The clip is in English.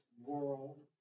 world